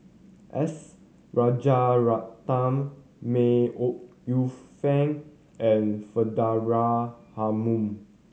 S Rajaratnam May Ooi Yu Fen and Faridah Hanum